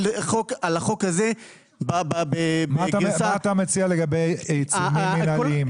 על החוק הזה בגרסה --- מה אתה מציע לגבי עיצומים מינהליים?